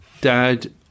dad